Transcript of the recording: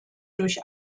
durch